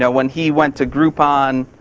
yeah when he went to groupon,